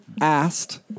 Asked